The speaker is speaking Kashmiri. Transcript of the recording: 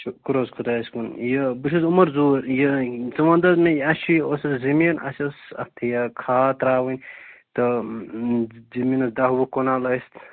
شُکُر حظ خۄدایس کُن یہِ بہٕ چھُس عُمر ظہوٗر یہِ ژٕ وَن تہٕ حظ مےٚ یہِ اَسہِ چھِ یہِ اوس حظ زمیٖن اَسہِ ٲس اَتھ یا کھاد تَرٛاوٕنۍ تہٕ زمیٖنس دَہ وُہ کنال أسۍ